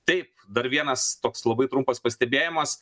taip dar vienas toks labai trumpas pastebėjimas